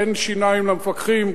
אין שיניים למפקחים,